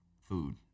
food